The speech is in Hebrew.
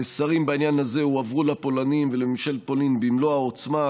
המסרים בעניין הזה הועברו לפולנים ולממשלת פולין במלוא העוצמה,